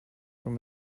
from